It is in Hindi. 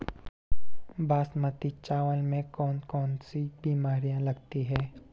बासमती चावल में कौन कौन सी बीमारियां लगती हैं?